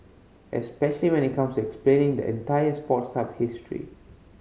especially when it comes explaining the entire Sports Hub story